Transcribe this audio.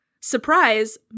surprise